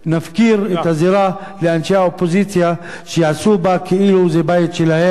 נפקיר את הזירה לאנשי האופוזיציה שיעשו בה כאילו זה הבית שלהם.